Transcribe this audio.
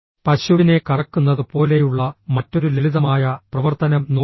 പശുവിനെ കറക്കുന്നത് പോലെയുള്ള മറ്റൊരു ലളിതമായ പ്രവർത്തനം നോക്കുക